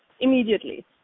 immediately